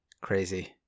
Crazy